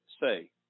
say